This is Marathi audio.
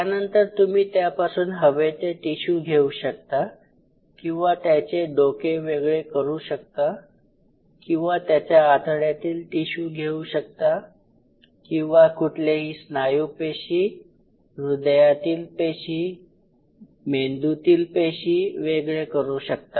त्यानंतर तुम्ही त्यापासून हवे ते टिशू घेऊ शकता किंवा त्याचे डोके वेगळे करू शकता किंवा त्याच्या आतड्यातील टिशू घेऊ शकता किंवा कुठलेही स्नायूपेशी हृदयातील पेशी मेंदूतील पेशी वेगळे करू शकता